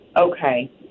Okay